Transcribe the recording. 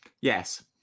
Yes